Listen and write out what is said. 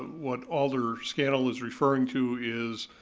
what alder scannell is referring to is,